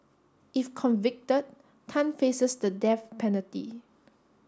if convicted Tan faces the death penalty